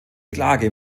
klage